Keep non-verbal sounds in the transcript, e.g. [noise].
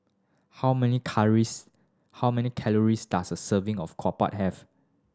how many [unintelligible] how many calories does a serving of [unintelligible] have